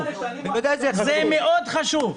זה מאוד חשוב.